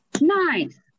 Nice